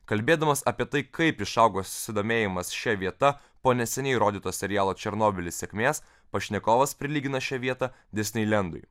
kalbėdamas apie tai kaip išaugo susidomėjimas šia vieta po neseniai rodyto serialo černobylis sėkmės pašnekovas prilygina šią vietą disneilendui